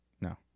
No